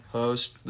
host